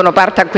prendono parte?